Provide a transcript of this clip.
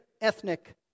ethnic